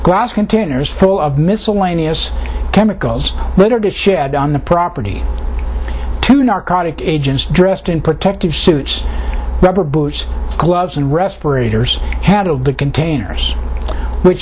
glass containers full of miscellaneous chemicals litter to shed on the property two narcotic agents dressed in protective suits rubber boots gloves and respirators handled the containers which